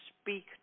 speak